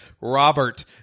Robert